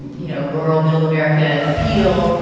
and you know, rural middle america appeal,